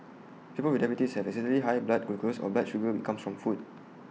people with diabetes have excessively high blood glucose or blood sugar comes from food